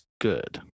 good